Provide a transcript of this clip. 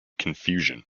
confusion